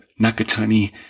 Nakatani